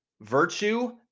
virtue